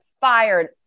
fired